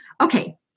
Okay